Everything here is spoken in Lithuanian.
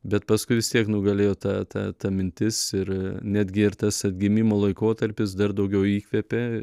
bet paskui vis tiek nugalėjo ta ta ta mintis ir netgi ir tas atgimimo laikotarpis dar daugiau įkvepė